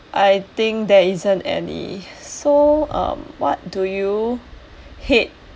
think there isn't any so um what do you hate